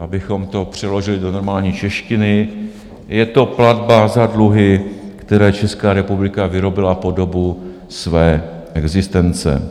Abychom to přeložili do normální češtiny, je to platba za dluhy, které Česká republika vyrobila po dobu své existence.